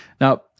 Now